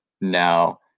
now